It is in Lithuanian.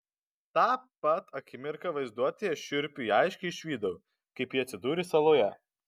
tą pat akimirką vaizduotėje šiurpiai aiškiai išvydau kaip ji atsidūrė saloje